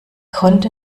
konnte